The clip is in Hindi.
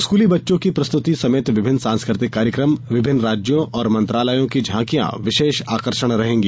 स्कूली बच्चों की प्रस्तृति समेत विभिन्न सांस्कृतिक कार्यक्रम विभिन्न राज्यों और मंत्रालयों की झांकियां विशेष आकर्षण रहेंगी